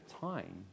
time